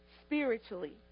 spiritually